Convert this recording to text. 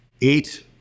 eight